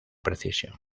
precisión